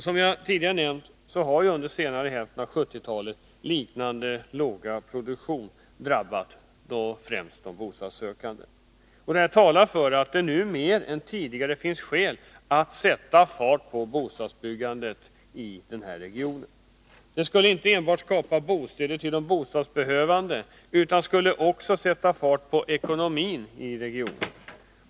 Som jag tidigare nämnt har under senare hälften av 1970-talet liknande låga produktion drabbat de bostadssökande. Detta talar för att det nu mer än tidigare finns skäl att sätta fart på bostadsbyggandet. Detta skulle inte enbart skapa bostäder för de bostadsbehövande, utan det skulle också sätta fart på ekonomin i regionen.